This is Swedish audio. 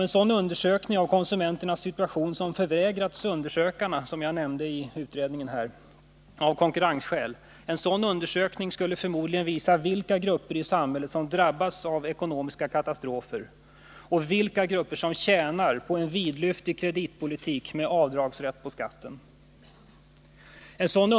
En sådan undersökning av konsumenternas situation som förvägrats undersökarna, såsom jag nämnde, av ”konkurrensskäl” skulle förmodligen visa vilka grupper i samhället som drabbas av ekonomiska katastrofer och vilka grupper som tjänar på en vidlyftig kreditpolitik med rätt till avdrag från skatten.